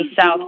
South